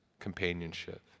companionship